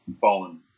fallen